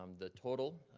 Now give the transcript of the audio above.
um the total,